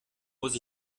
muss